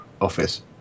office